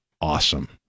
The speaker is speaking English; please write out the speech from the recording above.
awesome